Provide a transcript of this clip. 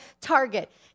Target